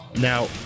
Now